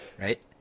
right